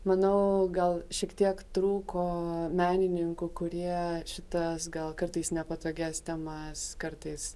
manau gal šiek tiek trūko menininkų kurie šitas gal kartais nepatogias temas kartais